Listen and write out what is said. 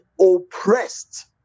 oppressed